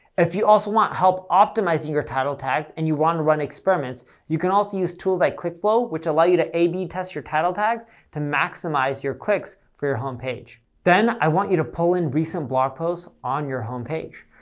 if you also want help optimizing your title tags and you want to run experiments, you can also use tools like clickflow which allow you to ab test your title tags to maximize your clicks for your homepage. then, i want you to pull in recent blog posts on your home